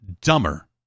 Dumber